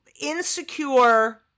insecure